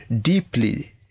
deeply